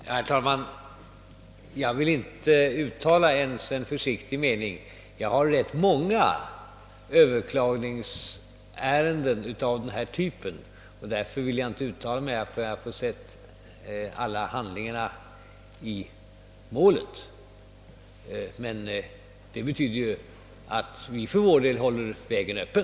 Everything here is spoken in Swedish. Herr talman! Jag vill inte uttala ens en försiktig mening om huruvida hastighetsgränsen bör sänkas. Eftersom jag har rätt många överklagningsärenden av den här typen vill jag först se alla handlingarna i målet. Men det betyder att vi för vår del håller frågan öppen.